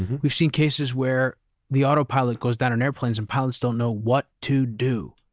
we've seen cases where the autopilot goes down on airplanes and pilots don't know what to do.